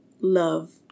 love